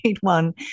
one